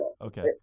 Okay